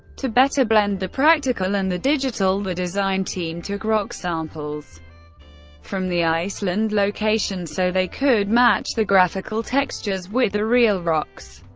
to better blend the practical and the digital, the design team took rock samples from the iceland location so they could match the graphical textures with the real rocks.